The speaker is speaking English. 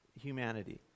humanity